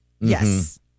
Yes